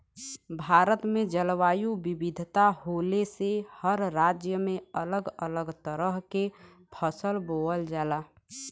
भारत में जलवायु विविधता होले से हर राज्य में अलग अलग तरह के फसल बोवल जाला